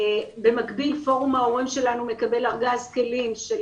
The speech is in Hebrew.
במקביל פורום ההורים שלנו מקבל ארגז כלים של